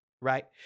right